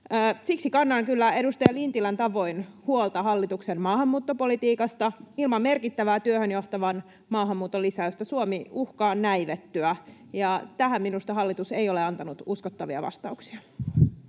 Siksi kannan kyllä edustaja Lintilän tavoin huolta hallituksen maahanmuuttopolitiikasta. Ilman merkittävää työhön johtavan maahanmuuton lisäystä Suomi uhkaa näivettyä, ja tähän minusta hallitus ei ole antanut uskottavia vastauksia.